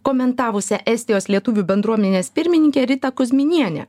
komentavusią estijos lietuvių bendruomenės pirmininkę rita kuzminienė